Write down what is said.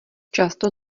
často